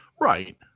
Right